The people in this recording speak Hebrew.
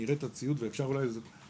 אראה את הציוד ואפשר אולי לעשות משהו.